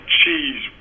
cheese